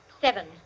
Seven